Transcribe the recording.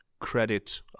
credit